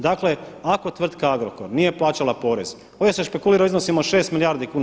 Dakle ako tvrtka Agrokor nije plaćala porez, ovdje se špekulira o iznosima od 6 milijardi kuna.